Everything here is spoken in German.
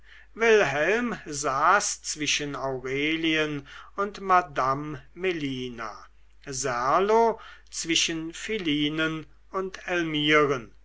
wilhelm saß zwischen aurelien und madame melina serlo zwischen philinen und elmiren